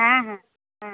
হ্যাঁ হ্যাঁ হ্যাঁ